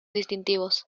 distintivos